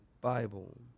Bible